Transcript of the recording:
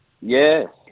Yes